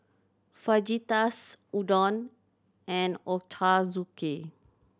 Fajitas Udon and Ochazuke